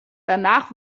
danach